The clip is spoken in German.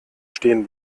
stehen